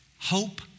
hope